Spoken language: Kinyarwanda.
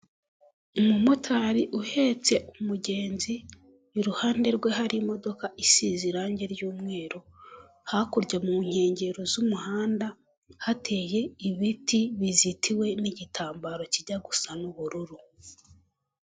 Umumotari uhetse umugenzi, iruhande rwe hari imodoka isize irangi ry'umweru, hakurya mu nkengero z'umuhanda hateye ibiti bizitiwe n'igitambaro kijya gusa n'ubururu.